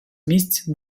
місць